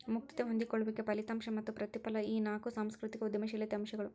ಮುಕ್ತತೆ ಹೊಂದಿಕೊಳ್ಳುವಿಕೆ ಫಲಿತಾಂಶ ಮತ್ತ ಪ್ರತಿಫಲ ಈ ನಾಕು ಸಾಂಸ್ಕೃತಿಕ ಉದ್ಯಮಶೇಲತೆ ಅಂಶಗಳು